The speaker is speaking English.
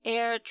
Air